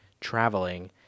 traveling